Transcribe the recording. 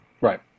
Right